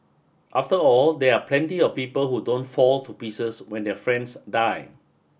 after all there are plenty of people who don't fall to pieces when their friends die